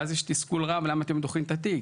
ואז יש תסכול רב על למה צריך לדחות את התיק.